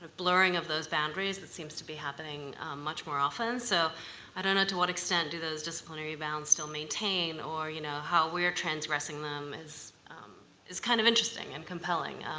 blurring of those boundaries that seems to be happening much more often. so i don't know to what extent do those disciplinary bounds still maintain, or you know how we are transgressing them is is kind of interesting and compelling.